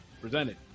presented